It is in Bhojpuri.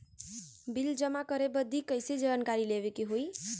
बिल जमा करे बदी कैसे जानकारी लेवे के होई?